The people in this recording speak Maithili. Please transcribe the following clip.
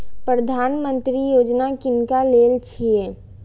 प्रधानमंत्री यौजना किनका लेल छिए?